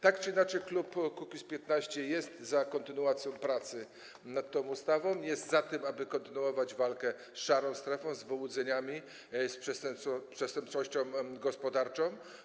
Tak czy inaczej, klub Kukiz’15 jest za kontynuacją pracy nad tą ustawą, jest za tym, aby kontynuować walkę z szarą strefą, z wyłudzeniami i z przestępczością gospodarczą.